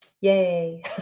Yay